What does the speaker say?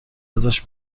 ازش